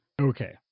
Okay